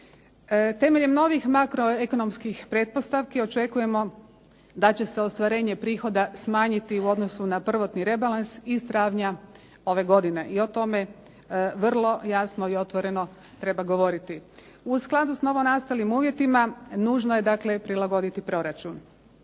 Temeljem novih makroekonomskih pretpostavki, očekujemo da će se ostvarenje prihoda smanjiti u odnosu na prvotni rebalans iz travnja ove godine i o tome vrlo jasno i otvoreno treba govoriti. U skladu s novonastalim uvjetima, nužno je dakle prilagoditi proračun.